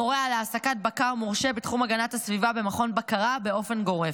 המורה על העסקת בקר מורשה בתחום הגנת הסביבה במכון בקרה באופן גורף.